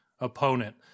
opponent